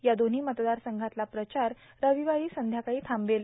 या दोन्ही मतदारसंघातला प्रचार रविवारी सायंकाळी थांबेल